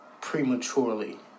prematurely